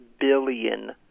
billion